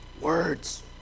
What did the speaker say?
Words